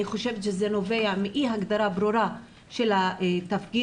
אני חושבת שזה נובע מאי הגדרה ברורה של התפקיד,